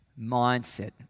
mindset